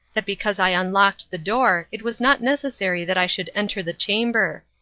that because i unlocked the door it was not necessary that i should enter the chamber.